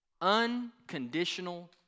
Unconditional